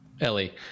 Ellie